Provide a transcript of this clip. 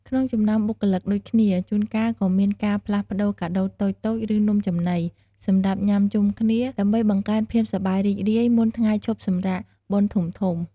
ក្នុងចំណោមបុគ្គលិកដូចគ្នា ជួនកាលក៏មានការផ្លាស់ប្ដូរ កាដូរតូចៗ ឬ នំចំណី សម្រាប់ញ៉ាំជុំគ្នា ដើម្បីបង្កើនភាពសប្បាយរីករាយមុនថ្ងៃឈប់សម្រាកបុណ្យធំៗ។